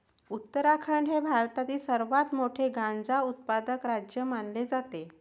उत्तराखंड हे भारतातील सर्वात मोठे गांजा उत्पादक राज्य मानले जाते